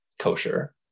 kosher